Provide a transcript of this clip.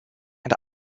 and